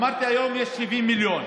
אמרתי: היום יש 70 מיליון.